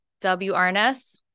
WRNS